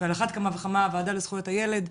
ועל אחת כמה וכמה הוועדה לזכויות הילד,